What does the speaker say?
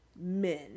men